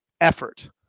effort